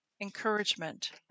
Encouragement